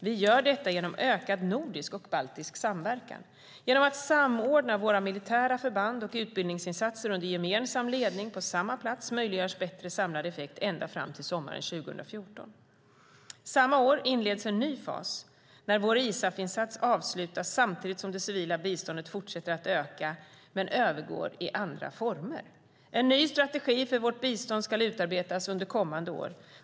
Vi gör detta genom ökad nordisk och baltisk samverkan. Genom att samordna våra militära förband och utbildningsinsatser under gemensam ledning på samma plats möjliggörs bättre samlad effekt ända fram till sommaren 2014. Samma år inleds en ny fas när vår ISAF-insats avslutas samtidigt som det civila biståndet fortsätter att öka men övergår i andra former. En ny strategi för vårt bistånd ska utarbetas under kommande år.